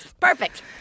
Perfect